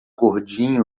gordinho